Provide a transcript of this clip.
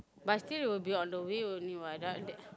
but still you will be on the way only what